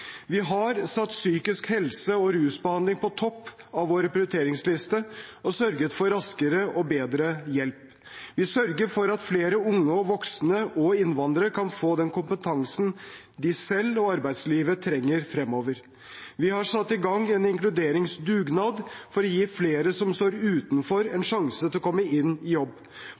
rusbehandling på toppen av vår prioriteringsliste og sørget for raskere og bedre hjelp. Vi sørger for at flere unge, voksne og innvandrere kan få den kompetansen de selv og arbeidslivet trenger fremover. Vi har satt i gang en inkluderingsdugnad for å gi flere som står utenfor, en sjanse til å komme inn i jobb.